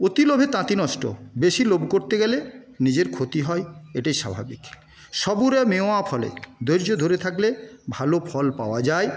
অতি লোভে তাঁতি নষ্ট বেশি লোভ করতে গেলে নিজের ক্ষতি হয় এটাই স্বাভাবিক সবুরে মেওয়া ফলে ধৈর্য্য ধরে থাকলে ভালো ফল পাওয়া যায়